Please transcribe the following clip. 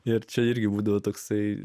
ir čia irgi būdavo toksai